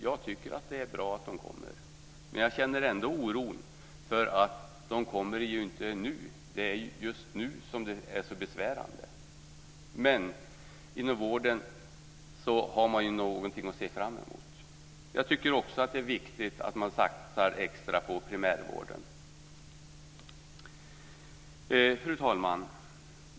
Jag tycker att det är bra att de kommer, men jag känner ändå oro eftersom de inte kommer nu, och det är just nu som det är så besvärande. Men man har ju någonting att se fram emot inom vården. Jag tycker också att det är viktigt att man satsar extra på primärvården. Fru talman!